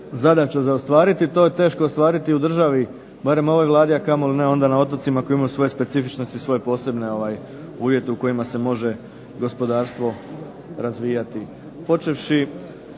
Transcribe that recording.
zadaća za ostvariti. To je teško ostvariti u državi barem ovoj Vladi, a kamoli na otocima koji imaju svoje specifičnosti i posebne uvjete u kojima se može gospodarstvo razvijati.